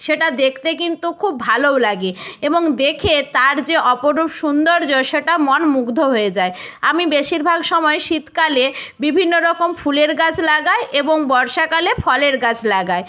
সেটা দেখতে কিন্তু খুব ভালোও লাগে এবং দেখে তার যে অপরূপ সৌন্দর্য সেটা মন মুগ্ধ হয়ে যায় আমি বেশিরভাগ সময় শীতকালে বিভিন্ন রকম ফুলের গাছ লাগাই এবং বর্ষাকালে ফলের গাছ লাগাই